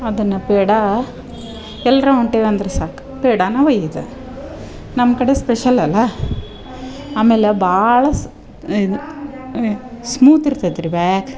ಅದನ್ನ ಪೇಡಾ ಎಲ್ರ ಹೊಂಟಿವಿ ಅಂದರೆ ಸಾಕು ಪೇಡಾನ ಒಯ್ದು ನಮ್ಮ ಕಡೆ ಸ್ಪೆಷಲ್ ಅಲ್ಲಾ ಆಮೇಲೆ ಭಾಳಸ್ ಇದು ಸ್ಮೂತ್ ಇರ್ತೈತೆ ರಿ ಬ್ಯಾಯಾಕೆ